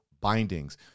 bindings